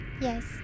Yes